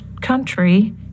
country